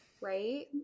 right